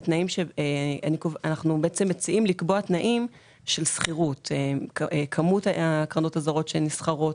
אנחנו מציעים לקבוע תנאים של סחירות - כמות הקרנות שנסחרות,